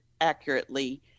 accurately